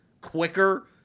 quicker